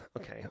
okay